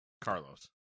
Carlos